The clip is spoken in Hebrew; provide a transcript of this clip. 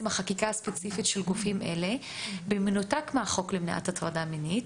החקיקה הספציפית של גופים אלה במנותק מהחוק למניעת הטרדה מינית,